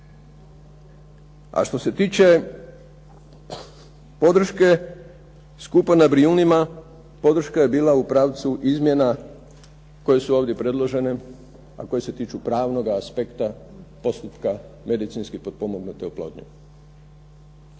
A što se tiče podrške skupa na Brijunima, podrška je bila u pravcu izmjena koje su ovdje predložene, a koje se tiču pravnoga aspekta postupka medicinski potpomognute oplodnje.